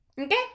okay